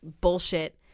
bullshit